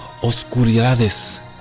oscuridades